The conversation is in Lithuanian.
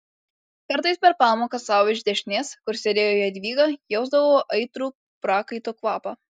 kartais per pamoką sau iš dešinės kur sėdėjo jadvyga jausdavau aitrų prakaito kvapą